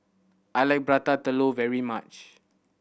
I like Prata Telur very much